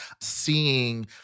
seeing